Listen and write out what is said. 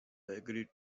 agreed